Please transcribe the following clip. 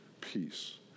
peace